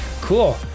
cool